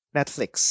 Netflix